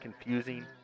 confusing